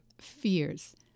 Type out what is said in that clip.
fears